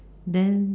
then